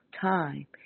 time